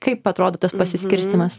kaip atrodo tas pasiskirstymas